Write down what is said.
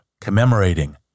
commemorating